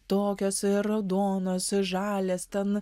tokios raudonos žalios ten